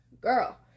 girl